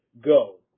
Go